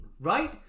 right